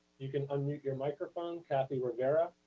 you can unmute your microphone, kathy rivera.